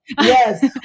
Yes